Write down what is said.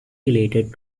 related